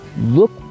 Look